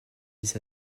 les